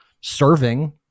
serving